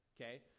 Okay